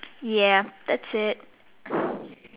ya that's it